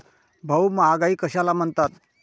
भाऊ, महागाई कशाला म्हणतात?